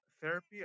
Therapy